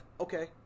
okay